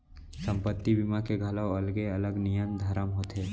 संपत्ति बीमा के घलौ अलगे अलग नियम धरम होथे